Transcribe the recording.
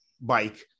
bike